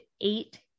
eight